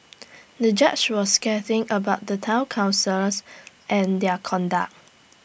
the judge was scathing about the Town councillors and their conduct